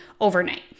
overnight